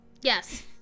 Yes